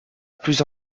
plus